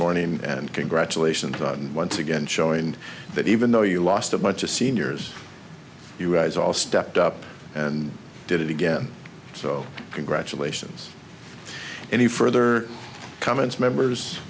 morning and congratulations once again showing that even though you lost a bunch of seniors you guys all stepped up and did it again so congratulations any further comments members